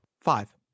Five